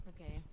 Okay